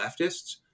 leftists